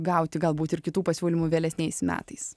gauti galbūt ir kitų pasiūlymų vėlesniais metais